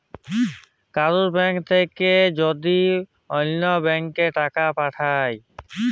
কারুর ব্যাঙ্ক থাক্যে যদি ওল্য ব্যাংকে টাকা পাঠায়